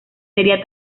sería